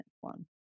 one